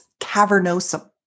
cavernosum